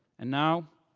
and now,